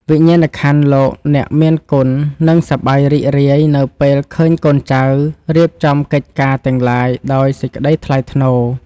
វិញ្ញាណក្ខន្ធលោកអ្នកមានគុណនឹងសប្បាយរីករាយនៅពេលឃើញកូនចៅរៀបចំកិច្ចការទាំងឡាយដោយសេចក្តីថ្លៃថ្នូរ។